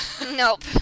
Nope